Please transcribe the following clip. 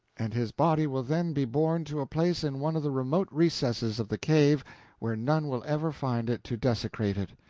and his body will then be borne to a place in one of the remote recesses of the cave where none will ever find it to desecrate it.